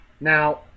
Now